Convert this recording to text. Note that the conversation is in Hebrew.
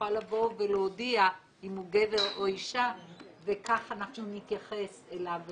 יוכל לבוא ולהודיע אם הוא גבר או אישה וכך אנחנו נתייחס אליו ולאליה.